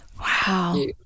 Wow